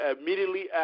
immediately